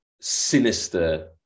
sinister